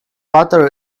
butter